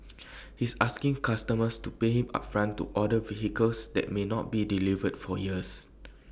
he's asking customers to pay him upfront to order vehicles that may not be delivered for years